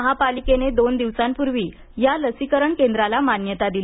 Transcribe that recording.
महापालिकेने दोन दिवसांपूर्वी या लसीकरण केंद्राला मान्यता दिली